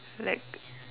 like